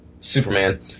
Superman